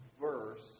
verse